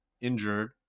injured